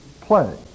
play